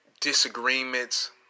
disagreements